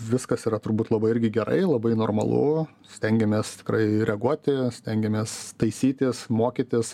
viskas yra turbūt labai irgi gerai labai normalu stengiamės tikrai reaguoti stengiamės taisytis mokytis